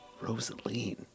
Rosaline